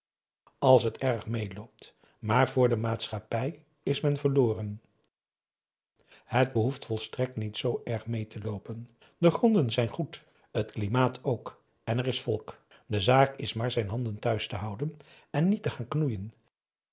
als het erg meêloopt maar voor de maatschappij is men verloren het behoeft volstrekt niet zoo erg meê te loopen de gronden zijn goed het klimaat ook en er is volk de zaak is maar zijn handen thuis te houden en niet te gaan knoeien